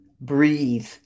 Breathe